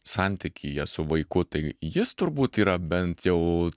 santykyje su vaiku tai jis turbūt yra bent jau